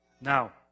Now